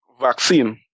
Vaccine